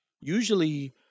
Usually